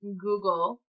Google